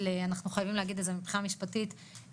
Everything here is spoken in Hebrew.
אני יכולה לדבר בשם בני משפחה כי יש לי קרוב משפחה